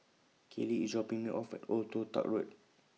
Kalie IS dropping Me off At Old Toh Tuck Road